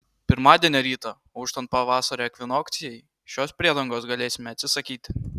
pirmadienio rytą auštant pavasario ekvinokcijai šios priedangos galėsime atsisakyti